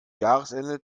jahresende